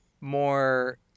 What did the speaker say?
more